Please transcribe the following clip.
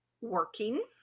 working